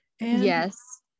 Yes